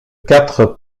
quatre